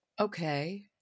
Okay